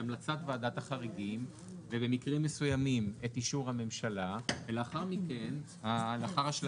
המלצת ועדת החריגים ובמקרים מסוימים את אישור הממשלה ולאחר השלמת